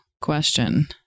question